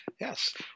yes